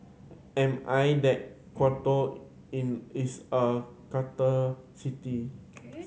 am I that Quito is a city capital city